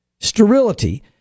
sterility